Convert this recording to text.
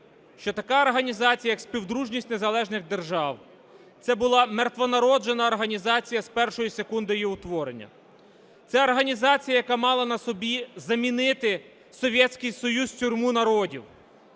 що така організація, як Співдружність Незалежних Держав, це була мертвонароджена організація з першої секунди її утворення. Це організація, яка мала на собі замінити Совєтський Союз – тюрму народів.